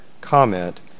comment